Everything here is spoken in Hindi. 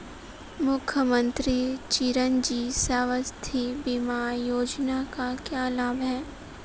मुख्यमंत्री चिरंजी स्वास्थ्य बीमा योजना के क्या लाभ हैं?